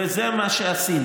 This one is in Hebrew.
וזה מה שעשינו.